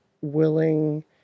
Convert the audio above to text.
willing